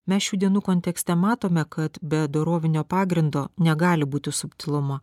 mes šių dienų kontekste matome kad be dorovinio pagrindo negali būti subtilumo